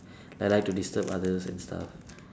like like to disturb others and stuff